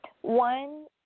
One